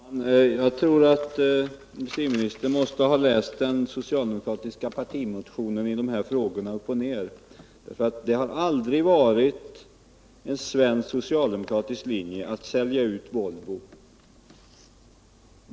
Herr talman! Jag tror att industriministern måste ha läst den socialdemokratiska partimotionen i de här frågorna upp och ned, för det har aldrig varit en svensk socialdemokratisk linje att sälja ut Volvo.